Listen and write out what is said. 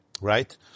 right